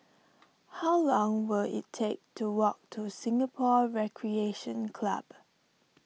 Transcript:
how long will it take to walk to Singapore Recreation Club